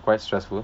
quite stressful